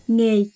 Nghề